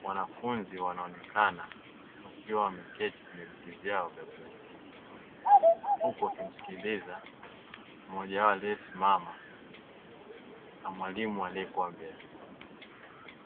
Wanafunzi wanaonekana wakiwa wameketi kwenye viti vyao vya plastiki; huku wakimsikiliza mmoja wao aliyesimama na mwalimu aliye kuwa mbele.